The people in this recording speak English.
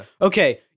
Okay